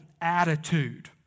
attitude